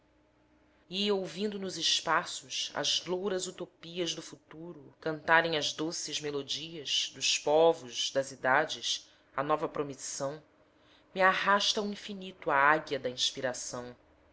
e ouvindo nos espaços as louras utopias do futuro cantarem as doses melodias dos povos das idades a nova promissão me arrasta ao infinito a águia da inspiração